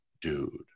dude